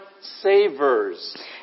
savers